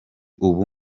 ubu